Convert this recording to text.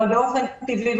אבל באופן טבעי,